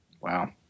Wow